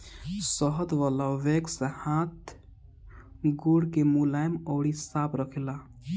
शहद वाला वैक्स हाथ गोड़ के मुलायम अउरी साफ़ रखेला